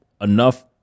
enough